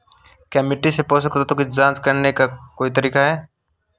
क्या मिट्टी से पोषक तत्व की जांच करने का कोई तरीका है?